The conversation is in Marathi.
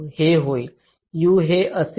हे होईल U हे असेल